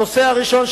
הנושא הראשון,